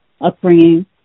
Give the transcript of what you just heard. upbringing